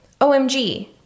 omg